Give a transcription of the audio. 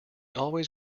always